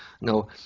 No